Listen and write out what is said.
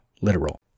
literal